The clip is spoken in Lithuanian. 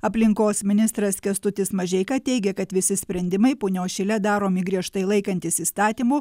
aplinkos ministras kęstutis mažeika teigia kad visi sprendimai punios šile daromi griežtai laikantis įstatymų